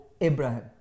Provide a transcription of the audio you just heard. Abraham